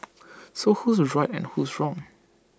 so who's right and who's wrong